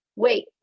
wait